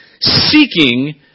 seeking